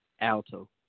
Alto